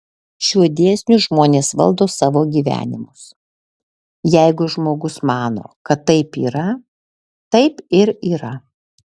šiuo dėsniu žmonės valdo savo gyvenimus jeigu žmogus mano kad taip yra taip ir yra